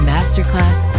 Masterclass